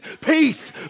peace